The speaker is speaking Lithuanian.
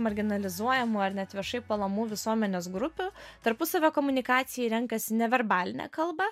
marginalizuojamų ar net viešai puolamų visuomenės grupių tarpusavio komunikacijai renkasi neverbalinę kalbą